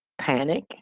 panic